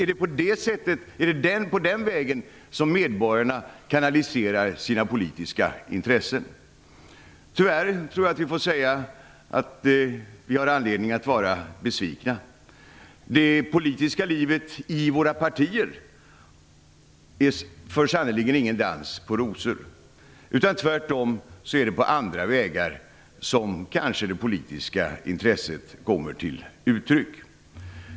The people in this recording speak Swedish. Är det på den vägen som medborgarna kanaliserar sina politiska intressen? Tyvärr tror jag att vi får säga att vi har anledning att vara besvikna. För det politiska livet i våra partier är det sannerligen ingen dans på rosor. Tvärtom är det kanske på andra vägar som det politiska intresset kommer till uttryck.